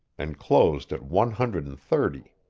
and closed at one hundred and thirty.